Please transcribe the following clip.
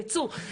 זה יצוא.